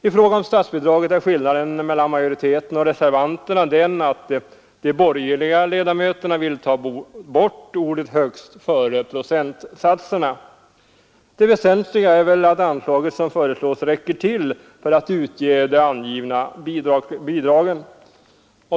I fråga om statsbidraget är skillnaden mellan majoriteten och reservanterna den att de borgerliga ledamöterna vill ta bort ordet högst före procentsatserna. Det väsentliga är väl att anslaget som föreslås räcker till för att utge de angivna bidragen.